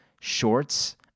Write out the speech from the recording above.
shorts